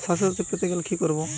স্বাস্থসাথী পেতে গেলে কি করতে হবে?